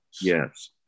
yes